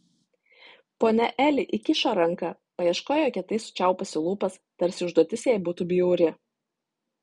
ponia eli įkišo ranką paieškojo kietai sučiaupusi lūpas tarsi užduotis jai būtų bjauri